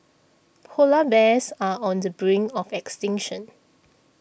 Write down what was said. Polar Bears are on the brink of extinction